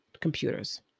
computers